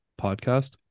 podcast